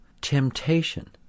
temptation